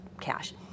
cash